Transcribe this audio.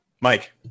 Mike